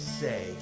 say